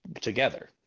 together